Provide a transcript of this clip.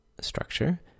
structure